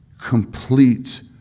complete